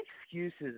excuses